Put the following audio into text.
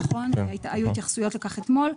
נכון, היו התייחסויות לכך אתמול.